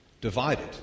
divided